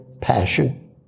passion